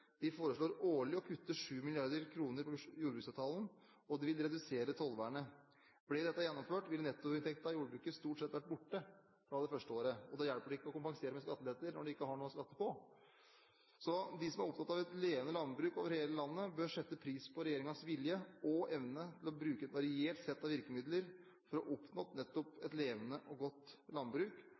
De foreslår årlig å kutte 7 mrd. kr på jordbruksavtalen, og de vil redusere tollvernet. Ble dette gjennomført, ville nettoinntekten i jordbruket stort sett vært borte fra det første året. Det hjelper ikke å kompensere med skattelette når man ikke har noe å skatte av. De som er opptatt av et levende landbruk over hele landet, bør sette pris på regjeringens vilje og evne til å bruke et variert sett av virkemidler for å oppnå nettopp et levende og godt landbruk,